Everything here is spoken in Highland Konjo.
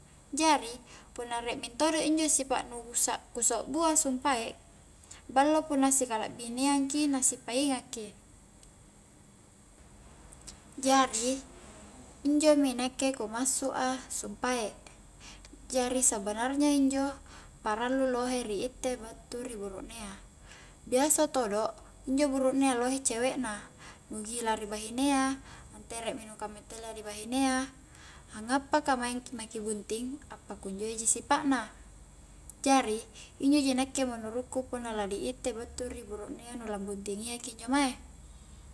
Jari punna rie mentodo injo sipa' nu ku sa'-ku sobbua sumpae ballo punna sikalabineang ki na si pangai ki, jari injomi nakke ku massu a sumpae, jari sebenarnya injo parallu lohe ri itte batu ri buruknea, biasa todo injo buruknea lohe cewek na, nu gila ri bahinea, nteremi nu kametelea ri bahinea angappa ka maing ki-maing ki bunting appakunjoi ji sipa' na, jari injo ji nakke menurukku punna la di itte battu ri buruknea nu lambuntingia ki injo mae